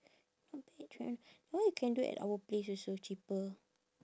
that one you can do at our place also cheaper